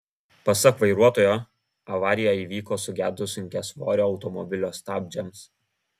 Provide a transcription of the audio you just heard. pasak vairuotojo avarija įvyko sugedus sunkiasvorio automobilio stabdžiams